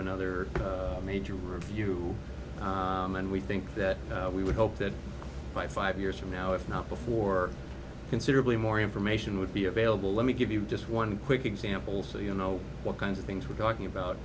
another major review and we think that we would hope that by five years from now if not before considerably more information would be available let me give you just one quick example so you know what kinds of things we're talking about